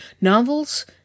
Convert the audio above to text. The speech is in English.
Novels